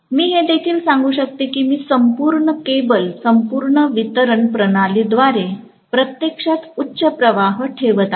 मी हे देखील सांगू शकते की मी संपूर्ण केबल संपूर्ण वितरण प्रणालीद्वारे प्रत्यक्षात उच्च प्रवाह ठेवत आहे